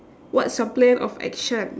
what's your plan of action